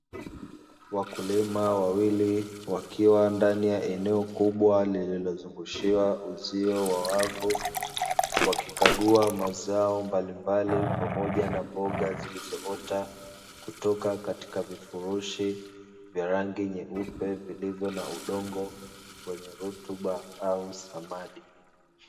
Wakulima wawili wakiwa ndani ya eneo kubwa lililozungushiwa uzio wa wavu, wakikagua mazao mbalimbali pamoja na mboga zilizoota kutoka katika vifurushi vya rangi nyeupe vilivyo na udongo wenye rutuba au samadi.